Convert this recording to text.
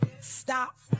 stop